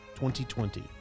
2020